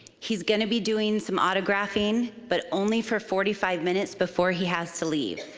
he's gonna be doing some autographing, but only for forty five minutes before he has to leave.